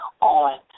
on